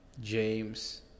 James